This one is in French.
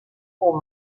aux